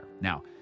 Now